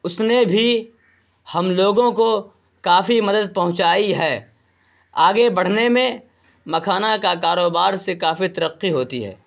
اس نے بھی ہم لوگوں کو کافی مدد پہنچائی ہے آگے بڑھنے میں مکھانا کا کاروبار سے کافی ترقی ہوتی ہے